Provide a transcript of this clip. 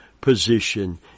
position